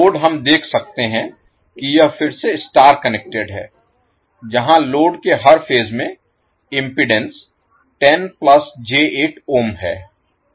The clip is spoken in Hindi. लोड हम देख सकते हैं कि यह फिर से स्टार कनेक्टेड है जहाँ लोड के हर फेज में इम्पीडेन्स 10 j8 ओम है